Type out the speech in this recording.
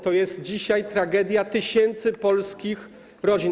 To jest dzisiaj tragedia tysięcy polskich rodzin.